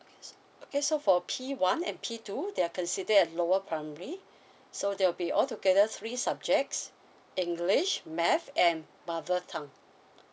okay so for P one and P two they are consider as lower primary so there will be altogether three subjects english maths and mother tongue